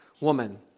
woman